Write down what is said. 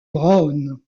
brown